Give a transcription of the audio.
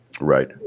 Right